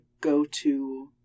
go-to